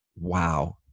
wow